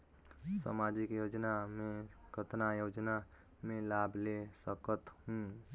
समाजिक योजना मे कतना योजना मे लाभ ले सकत हूं?